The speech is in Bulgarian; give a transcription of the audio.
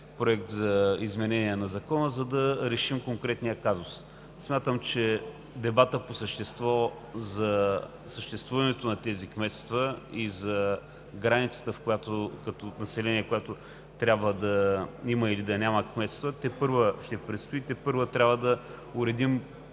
проект за изменение на Закона, за да решим конкретния казус. Смятам, че дебатът по същество за съществуването на тези кметства и за границата като население, в която трябва да има или да няма кметства, тепърва ще предстои. Тепърва трябва да уредим